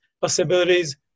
possibilities